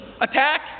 attack